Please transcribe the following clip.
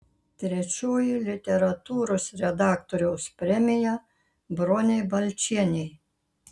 trečioji literatūros redaktoriaus premija bronei balčienei